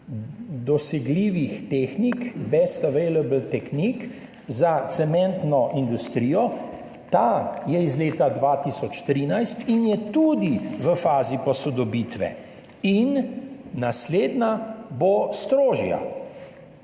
dosegljivih tehnik, best available techniques, za cementno industrijo iz leta 2013 in so tudi v fazi posodobitve, in naslednje bodo strožje.